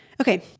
okay